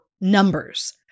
numbers